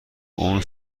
اون